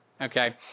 okay